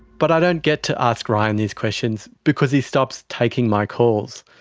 but i don't get to ask ryan these questions, because he stops taking my calls.